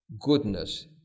goodness